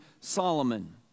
Solomon